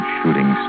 Shooting